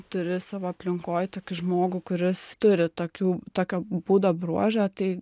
turi savo aplinkoj tokį žmogų kuris turi tokių tokio būdo bruožą tai